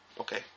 Okay